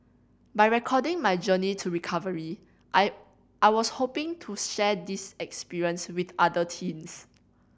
by recording my journey to recovery I I was hoping to share this experience with other teens